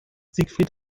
siegfried